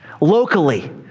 locally